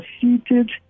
seated